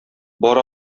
бар